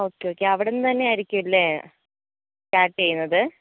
okay okay അവിടുന്ന് തന്നെയായിരിക്കും ലെ സ്റ്റാർട്ട് ചെയ്യുന്നത്